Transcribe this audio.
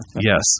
Yes